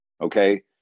okay